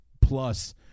plus